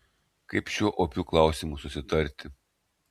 kaip šiuo opiu klausimu susitarti